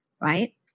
right